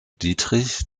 dietrich